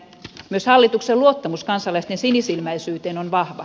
myös hallituksen luottamus kansalaisten sinisilmäisyyteen on vahva